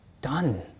done